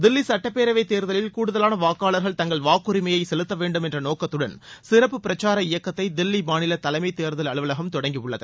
தில்லி சுட்டப்பேரவை தேர்தலில் கூடுதலான வாக்காளர்கள் தங்கள் வாக்குரிமையை செலுத்த வேண்டும் என்ற நோக்கத்துடன் சிறப்பு பிரச்சார இயக்கத்தை தில்லி மாநில தலைமை தேர்தல் அலுவலகம் தொடங்கி உள்ளது